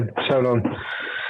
כן, שלום.